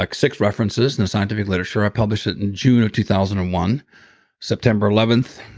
like six references, no scientific literature, i published it in june of two thousand and one september eleventh.